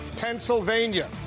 Pennsylvania